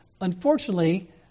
unfortunately